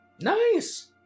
Nice